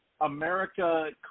America